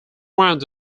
round